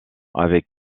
avec